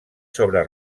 sobre